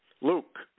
Luke